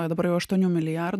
o dabar jau aštuonių milijardų